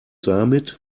damit